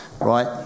right